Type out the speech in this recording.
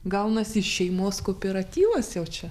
gaunasi šeimos kooperatyvas jau čia